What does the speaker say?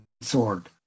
Sword